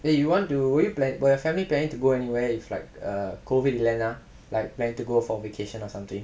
then you want wait like was your family planning to go anywhere if like err COVID இல்லேனா:illaenaa like plan to go for vacation or something